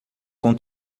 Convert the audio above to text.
com